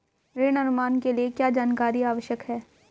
ऋण अनुमान के लिए क्या जानकारी आवश्यक है?